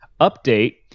Update